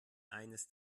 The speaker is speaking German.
eines